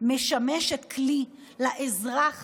משמשת כלי לאזרח